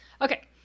Okay